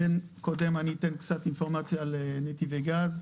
קודם אני אתן קצת אינפורמציה על נתיבי גז.